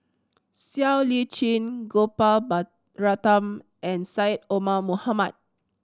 Siow Lee Chin Gopal Baratham and Syed Omar Mohamed